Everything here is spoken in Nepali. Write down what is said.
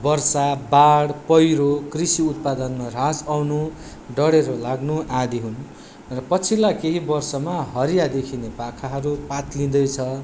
वर्षा बाड पैह्रो कृषि उत्पादनमा ह्रास आउनु डडेलो लाग्नु आदि हुन् र पछिल्ला केही वर्षमा हरिया देखिने पाखाहरू पात्लिँदैछ